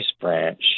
branch